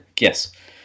Yes